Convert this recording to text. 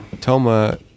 Toma